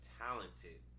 talented